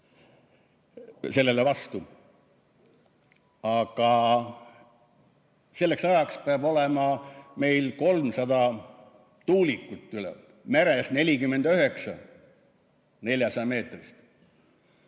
sellele vastu. Aga selleks ajaks peab olema meil 300 tuulikut üleval, meres 49ca400-meetrist